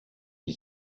qui